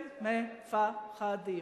הם מ-פ-ח-ד-ים.